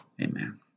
Amen